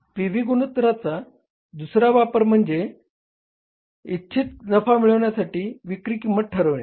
P V गुणोत्तराचा दुसरा वापर म्हणजे इच्छित नफा मिळवण्यासाठी विक्री किंमत ठरविणे